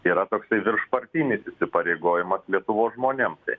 yra toksai viršpartinis įsipareigojimas lietuvos žmonėm tai